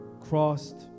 crossed